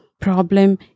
problem